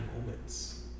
moments